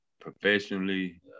professionally